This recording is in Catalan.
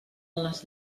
les